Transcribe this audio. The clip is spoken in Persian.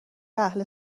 اهل